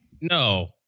No